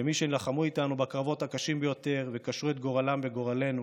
כמי שלחמו איתנו בקרבות הקשים ביותר וקשרו את גורלם בגורלנו,